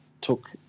took